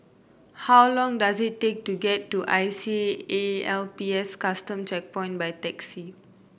how long does it take to get to I C A L P S Custom Checkpoint by taxi